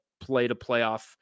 play-to-playoff